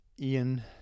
Ian